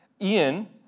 Ian